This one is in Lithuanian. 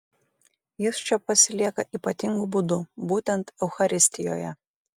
jis čia pasilieka ypatingu būdu būtent eucharistijoje